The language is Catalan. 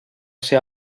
ser